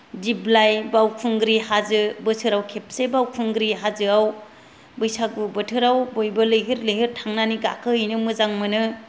दिप्लाय बावखुंग्रि हाजो बोसोराव खेबसे बावखुंग्रि हाजोआव बैसागु बोथोराव बयबो लैहोर लैहोर थांनानै गाखोहैनो मोजां मोनो